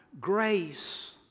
Grace